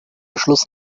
beschluss